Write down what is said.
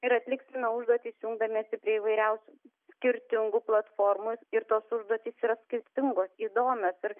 ir atliksime užduotis jungdamiesi prie įvairiausių skirtingų platformų ir tos užduotys yra skirtingos įdomios ir